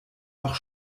noch